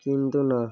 কিন্তু না